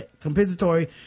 compensatory